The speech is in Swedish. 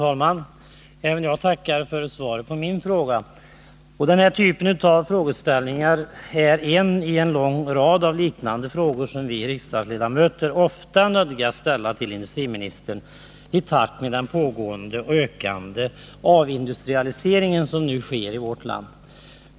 Herr talman! Jag tackar för svaret på min fråga. Denna fråga är en i en lång rad av liknande frågor som vi riksdagsledamöter ofta nödgas ställa till industriministern — i takt med den pågående och ökande avindustrialiseringen i vårt land.